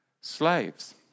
slaves